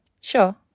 sure